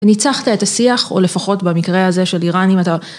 וניצחת את השיח, או לפחות במקרה הזה של איראן, אם אתה...